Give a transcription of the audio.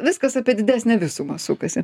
viskas apie didesnę visumą sukasi